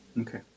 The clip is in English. Okay